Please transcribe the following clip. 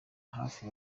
hafi